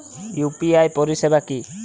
UPI পরিসেবা কি?